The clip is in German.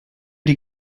die